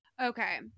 Okay